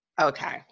Okay